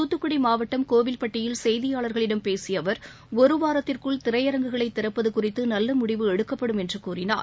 தூத்துக்குடிமாவட்டம் கோவில்பட்டயில் செய்தியாளர்களிடம் பேசியஅவர் ஒருவாரத்திற்குள் திரையரங்குகளைதிறப்பதுகுறித்துநல்லமுடிவு எடுக்கப்படும் என்றுகூறினார்